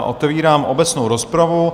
Otevírám obecnou rozpravu.